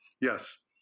yes